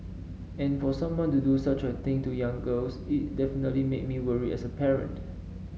and for someone to do such a thing to young girls it definitely made me worry as a parent